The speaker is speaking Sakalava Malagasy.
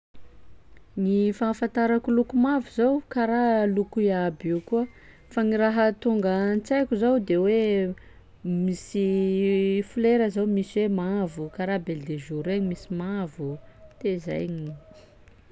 Ny fahafantarako loko mavo zao karaha loko iaby io koa fa gny raha tonga an-tsaiko zao de hoe misy folera zao misy hoe mavo karaha belle de jour regny misy mavo, de zay.